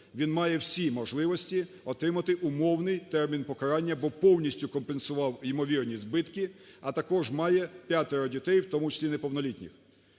він має всі можливості отримати умовний термін покарання, бо повністю компенсував ймовірні збитки, а також має п'ятеро дітей, в тому числі неповнолітніх.